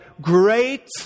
great